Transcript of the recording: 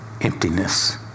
emptiness